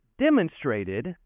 demonstrated